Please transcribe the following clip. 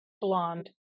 blonde